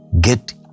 get